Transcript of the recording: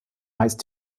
meist